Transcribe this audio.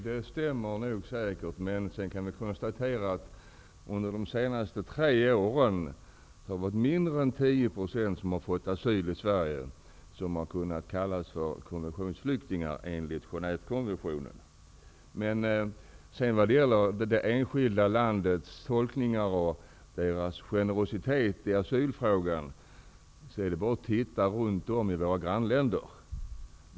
Herr talman! Det stämmer säkert. Men vi kan konstatera att under de senaste tre åren mindre än 10 % av dem som fått asyl i Sverige har kunnat kallas för konventionsflyktingar enligt Genèvekonventionens definition. Vad gäller det enskilda landets tolkning och generositet i asylfrågan är det bara att titta på våra grannländer.